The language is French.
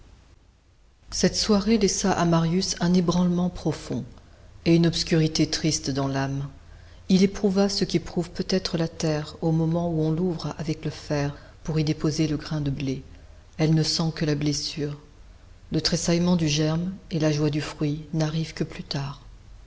cette soirée laissa à marius un ébranlement profond et une obscurité triste dans l'âme il éprouva ce qu'éprouve peut-être la terre au moment où on l'ouvre avec le fer pour y déposer le grain de blé elle ne sent que la blessure le tressaillement du germe et la joie du fruit n'arrivent que plus tard